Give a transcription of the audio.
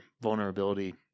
vulnerability